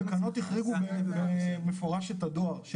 התקנות החריגו במפורש את הדואר.